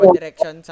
Direction